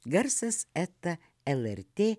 garsas eta el er tė